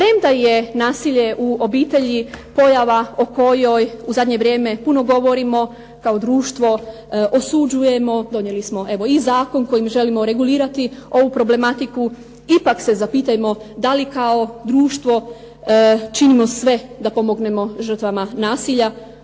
premda je nasilje u obitelji pojava o kojoj u zadnje vrijeme puno govorimo kao društvo, osuđujemo, donijeli smo evo i zakon kojim želimo regulirati ovu problematiku, ipak se zapitajmo da li kao društvo činimo sve da pomognemo žrtvama nasilja,